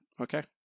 Okay